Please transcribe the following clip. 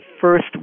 first